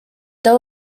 there